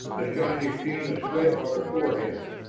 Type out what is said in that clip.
the shiny sheen of sweat on their foreheads,